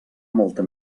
molta